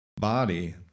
body